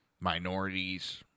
minorities